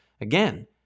again